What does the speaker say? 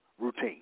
routine